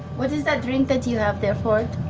what is that drink that you have there, fjord?